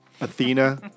Athena